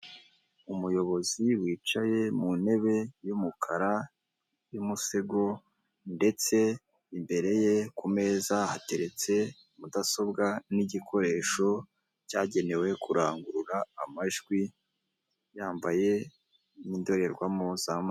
Umuyobozi wicaye mu ntebe y'umukara y'umusego ndetse imbere ye ku meza hateretse mudasobwa n'igikoresho cyagenewe kurangurura amajwi, yambaye indorerwamo z'amaso